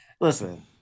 listen